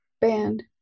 band